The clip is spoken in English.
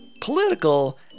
political